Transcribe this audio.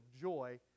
joy